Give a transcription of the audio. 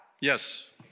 Yes